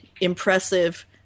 impressive